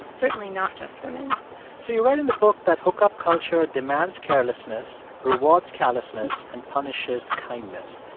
certainly not just women so you write in the book that hookup culture demands carelessness, rewards callousness and punishes kindness.